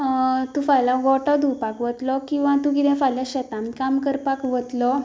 तूं फाल्यां गोठो धुवपाक वतलो किंवा तूं कितें फाल्यां शेतांत काम करपाक वतलो